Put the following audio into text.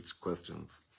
questions